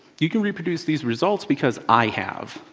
you can reproduce these results, because i have,